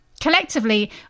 Collectively